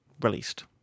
Released